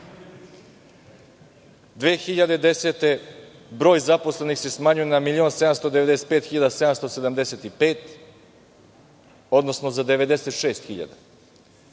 2010. broj zaposlenih se smanjio na 1.795.775, odnosno za 96